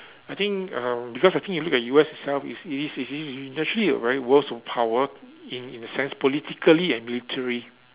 I think um because I think you look at U_S itself it's it is it is initially a very worst of power in in the sense politically and military